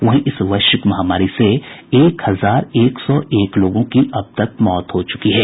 वहीं इस वैश्विक महामारी से एक हजार एक सौ एक लोगों की मौत हो चूकी है